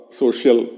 social